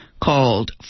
called